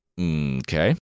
Okay